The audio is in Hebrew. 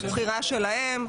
בחירה שלהם.